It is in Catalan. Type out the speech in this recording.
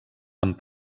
amb